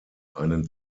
einen